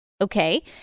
okay